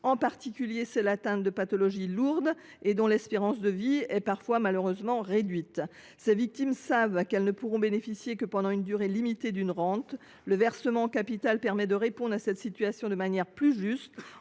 en particulier de celles qui sont atteintes de pathologies lourdes, dont l’espérance de vie est parfois malheureusement réduite. Ces victimes savent qu’elles ne pourront bénéficier que pendant une durée limitée d’une rente. Le versement en capital permet de répondre à cette situation de manière plus juste,